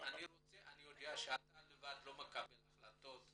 יודעים שאתה לא מקבל החלטות לבד.